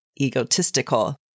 egotistical